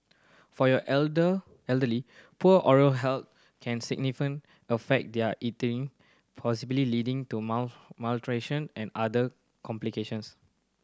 for your elder elderly poor oral health can significant affect their eating possibly leading to malnutrition and other complications